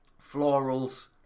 Florals